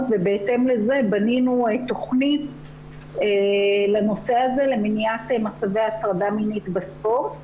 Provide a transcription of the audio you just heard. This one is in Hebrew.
ובהתאם לזה בנינו תכנית לנושא הזה למניעת מצבי הטרדה מינית בספורט.